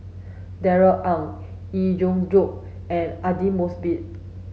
Darrell Ang Yee Jenn Jong and Aidli Mosbit